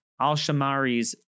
Al-Shamari's